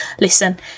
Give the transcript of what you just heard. listen